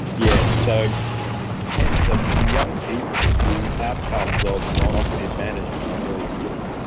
yes, so hence um in young people the outcomes of non-operative management are very poor,